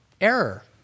error